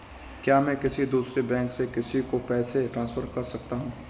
क्या मैं किसी दूसरे बैंक से किसी को पैसे ट्रांसफर कर सकता हूं?